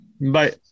bye